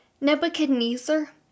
Nebuchadnezzar